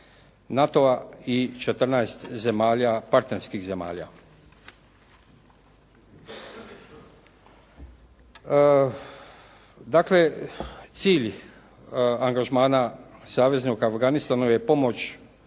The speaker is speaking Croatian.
NATO-a i 14 zemalja, partnerskih zemalja. Dakle, cilj angažmana u savezu Afganistanu je pomoć